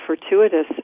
fortuitous